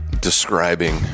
describing